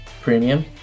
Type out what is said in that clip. premium